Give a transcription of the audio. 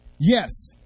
yes